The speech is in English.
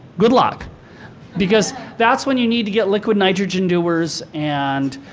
good luck because that's when you need to get liquid nitrogen dewars. and